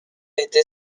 été